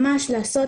ממש לעשות